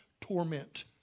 Torment